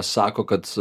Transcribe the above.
sako kad